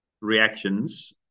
reactions